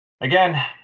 again